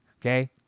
Okay